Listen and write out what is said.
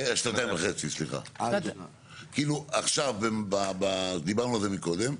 כאילו עכשיו, דיברנו על זה מקודם,